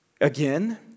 Again